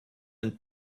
and